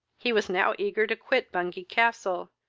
he was now eager to quit bungay-castle,